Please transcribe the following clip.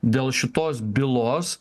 dėl šitos bylos